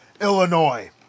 Illinois